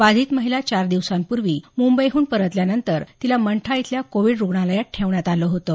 बाधित महिला चार दिवसांपूर्वी मुंबईहून परतल्यानंतर तिला मंठा इथल्या कोवीड रुग्णालयात ठेवण्यात आलं आलं होतं